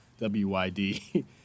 Wyd